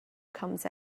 comes